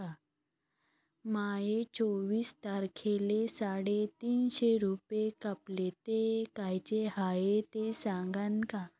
माये चोवीस तारखेले साडेतीनशे रूपे कापले, ते कायचे हाय ते सांगान का?